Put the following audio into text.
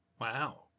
Wow